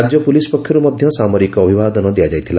ରାଜ୍ୟ ପୁଲିସ୍ ପକ୍ଷରୁ ମଧ୍ୟ ସାମରିକ ଅଭିବାଦନ ଦିଆଯାଇଥିଲା